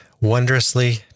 wondrously